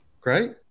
Great